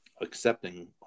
accepting